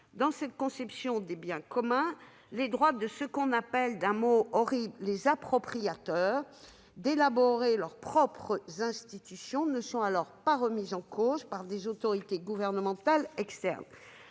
Dans cette conception des biens communs, les droits des « appropriateurs »- mot horrible s'il en est -d'élaborer leurs propres institutions ne sont alors pas remis en cause par des autorités gouvernementales externes.